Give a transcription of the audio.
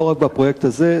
לא רק בפרויקט הזה,